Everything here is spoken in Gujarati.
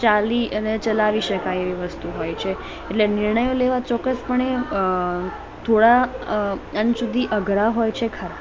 ચાલી અને ચલાવી શકાય એવી વસ્તુ હોય છે એટલે નિર્ણયો લેવા ચોક્કસપણે અ થોડા અ અંશ સુધી અઘરા હોય છે ખરા